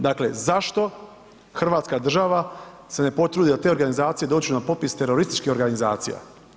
Dakle, zašto hrvatska država se ne potrudi da te organizacije dođu na popis terorističkih organizacija?